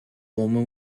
warmer